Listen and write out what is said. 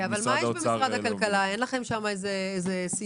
מה עם משרד הכלכלה, אין לכם שם איזה סיוע